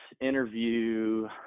interview